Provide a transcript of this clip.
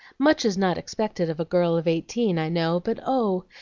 much is not expected of a girl of eighteen, i know but oh!